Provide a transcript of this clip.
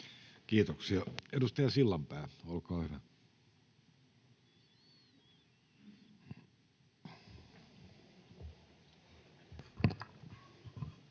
Kiitoksia. — Edustaja Sillanpää, olkaa hyvä.